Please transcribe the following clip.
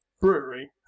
brewery